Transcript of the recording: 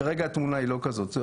כרגע התמונה היא לא כזאת.